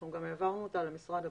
אנחנו גם העברנו אותה למשרד הפנים.